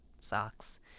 socks